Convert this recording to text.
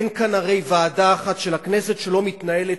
אין כאן ועדה אחת של הכנסת שלא מתנהלת